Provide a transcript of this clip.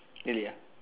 really ah